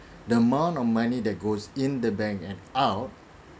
the amount of money that goes in the bank and out